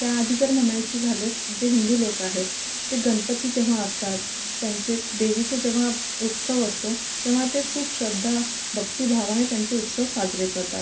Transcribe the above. त्या आधी जर म्हणायचे झाल्यास जे हिंदू लोक आहेत ते गणपती जेव्हा असतात त्यांचे देवीचं जेव्हा उत्सव असतो तेव्हा ते खूप श्रद्धा भक्तिभावाने त्यांचे उत्सव साजरे करतात